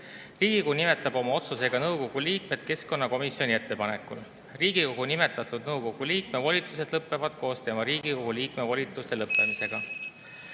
Riigikogu nimetab oma otsusega nõukogu liikmed keskkonnakomisjoni ettepanekul. Riigikogu nimetatud nõukogu liikme volitused lõpevad koos tema Riigikogu liikme volituste lõppemisega.